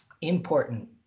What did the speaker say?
important